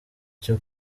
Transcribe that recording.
cyo